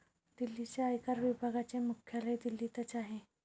दिल्लीच्या आयकर विभागाचे मुख्यालय दिल्लीतच आहे